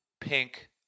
pink